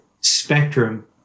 spectrum